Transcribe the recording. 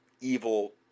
evil